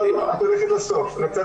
בואו נדבר רגע על מספרים.